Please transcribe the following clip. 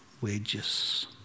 wages